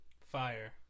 fire